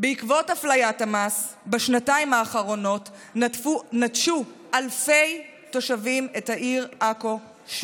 בעקבות אפליית המס בשנתיים האחרונות נטשו אלפי תושבים את העיר עכו.